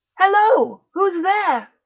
hallo. who's there.